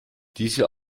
diese